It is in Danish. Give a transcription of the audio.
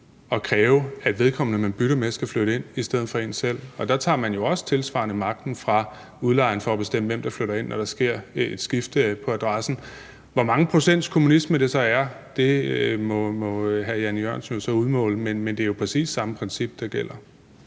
at kræve, at vedkommende, som man bytter med, skal flytte ind i stedet for en selv. Og der tager man jo også tilsvarende magten fra udlejeren i forhold til at bestemme, hvem der flytter ind, når der sker et skifte på adressen. Hvor mange procents kommunisme det så er, må hr. Jan E. Jørgensen jo udmåle, men det er præcis det samme princip, der gælder.